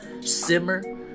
simmer